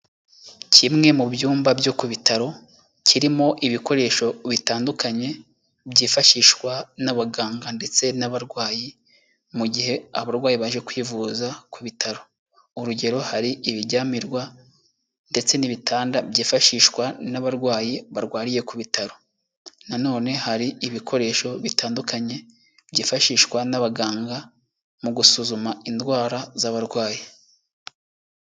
Kimwe mu byumba byo ku bitaro, kirimo ibikoresho bitandukanye, byifashishwa n'abaganga ndetse n'abarwayi, mu gihe abarwayi baje kwivuza ku bitaro, urugero hari ibiryamirwa ndetse n'ibitanda byifashishwa n'abarwayi barwariye ku bitaro, nanone hari ibikoresho bitandukanye byifashishwa n'abaganga mu gusuzuma indwara z'abarwayi.